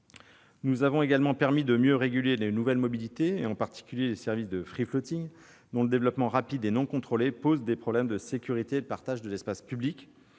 Nous avons également permis une meilleure régulation des nouvelles mobilités, en particulier des services de, dont le développement rapide et non contrôlé pose des problèmes de sécurité et de partage de l'espace public,